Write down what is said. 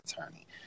attorney